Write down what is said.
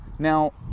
Now